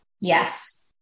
Yes